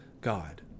God